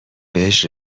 بهش